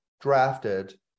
drafted